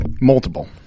Multiple